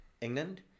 England